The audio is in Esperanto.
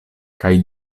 kaj